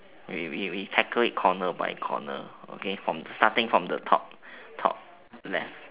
we we we tackle it corner by corner okay from starting from the top top left